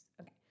Okay